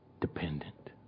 dependent